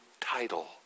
title